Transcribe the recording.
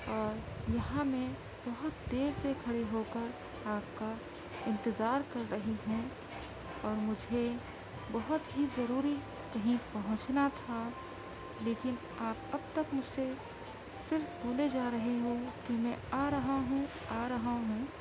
اور یہاں میں بہت دیر سے کھڑی ہوکر آپ کا انتظار کر رہی ہوں اور مجھے بہت ہی ضروری کہیں پہنچنا تھا لیکن آپ اب تک مجھ سے صرف بولے جا رہے ہو کہ میں آ رہا ہوں آ رہا ہوں